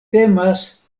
temas